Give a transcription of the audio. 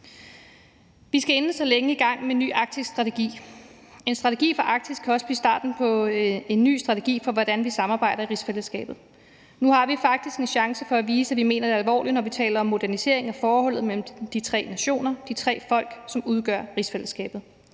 Vi skal inden så længe i gang med en ny arktisk strategi, og en strategi for Arktis kan også blive starten på en ny strategi for, hvordan vi samarbejder i rigsfællesskabet. Nu har vi faktisk en chance for at vise, at vi mener det alvorligt, når vi taler om modernisering af forholdet mellem de tre nationer, de tre folk, som udgør rigsfællesskabet.